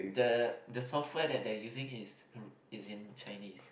the the software that they are using is is in Chinese